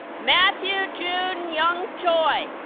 matthew junyoung choi